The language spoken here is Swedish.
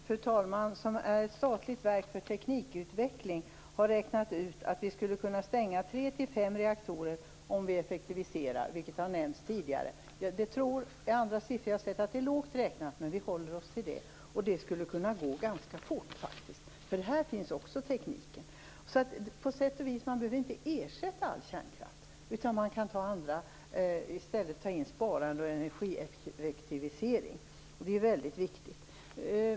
Fru talman! NUTEK, som är ett statligt verk för teknikutveckling har räknat ut att vi skulle kunna stänga mellan tre och fem reaktorer om vi effektiviserar, vilket har nämnts tidigare. Jag har sett andra siffror och vet att det är lågt räknat, men vi håller oss till det. Det skulle kunna gå ganska fort. Här finns också tekniken. På sätt och vis behöver man inte ersätta all kärnkraft, utan man kan i stället spara och effektivisera. Det är väldigt viktigt.